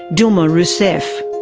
dilma rousseff.